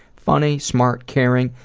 funny, smart, caring,